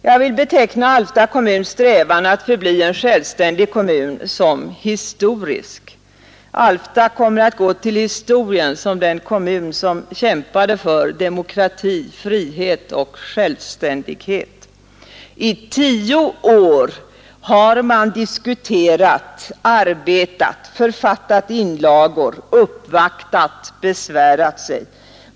Jag vill beteckna Alfta kommuns strävan att förbli en självständig kommun som historisk. Alfta kommer att gå till historien som den kommun som kämpade för demokrati, frihet och självständighet. I tio år har man diskuterat, arbetat, författat inlagor, uppvaktat, besvärat sig.